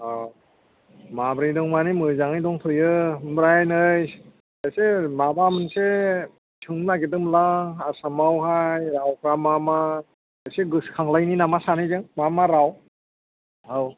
अह माब्रै दं मानि मोजाङै दंथयो ओमफ्राय नै एसे माबा मोनसे सोंनो नागिरदोंमोनलां आसामावहाय आवगा मा मा एसे गोसोखांलायनि नामा सानैजों मा मा राव औ